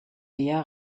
wehr